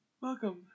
Welcome